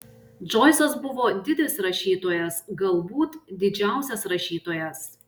džoisas buvo didis rašytojas galbūt didžiausias rašytojas